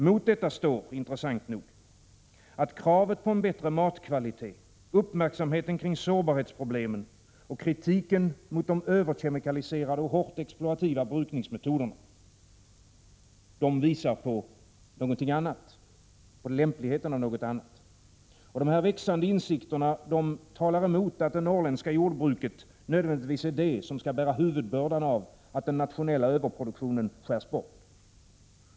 Mot detta står, intressant nog, att kravet på en bättre matkvalitet, uppmärksamheten kring sårbarhetsproblemen och kritiken mot de överkemikaliserade och hårt exploaterande brukningsmetoderna visar på något annat och lämpligheten av något annat. Dessa växande insikter talar emot att det norrländska jordbruket nödvändigtvis är det som skall bära huvudbördan av att den nationella överproduktionen skärs bort.